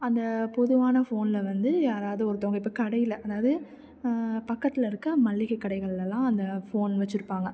அந்தப் பொதுவான ஃபோனில் வந்து யாராவது ஒருத்தங்க இப்போ கடையில் அதாவது பக்கத்தில் இருக்க மளிகைக் கடைகள்லல்லாம் அந்த ஃபோன் வெச்சுருப்பாங்க